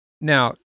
now